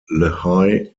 lehigh